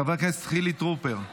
חבר הכנסת חילי טרופר,